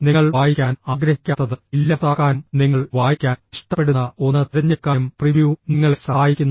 നിങ്ങൾ വായിക്കാൻ ആഗ്രഹിക്കാത്തത് ഇല്ലാതാക്കാനും നിങ്ങൾ വായിക്കാൻ ഇഷ്ടപ്പെടുന്ന ഒന്ന് തിരഞ്ഞെടുക്കാനും പ്രിവ്യൂ നിങ്ങളെ സഹായിക്കുന്നു